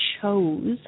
chose